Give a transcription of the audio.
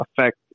affect